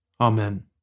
Amen